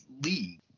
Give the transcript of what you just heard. League